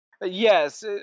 Yes